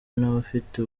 n’abafite